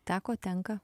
teko tenka